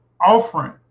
offering